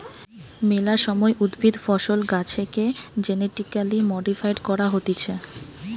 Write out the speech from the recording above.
মেলা সময় উদ্ভিদ, ফসল, গাছেকে জেনেটিক্যালি মডিফাইড করা হতিছে